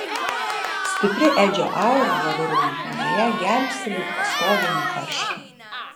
stipri edžio aura laviruojant minioje gelbsti lyg pastogė nuo karščio